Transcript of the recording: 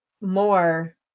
more